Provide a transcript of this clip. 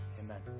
Amen